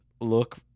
look